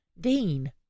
Dean